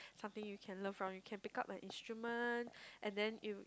something you can learn from you can pick up an instrument and then you